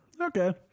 Okay